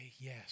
yes